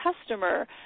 customer